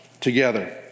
together